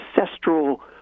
ancestral